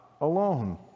alone